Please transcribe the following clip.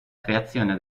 creazione